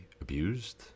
abused